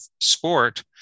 sport